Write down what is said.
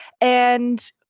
and-